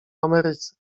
ameryce